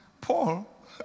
Paul